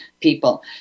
people